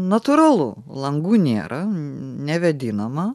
natūralu langų nėra nevėdinama